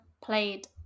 played